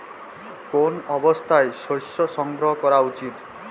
কোন অবস্থায় শস্য সংগ্রহ করা উচিৎ?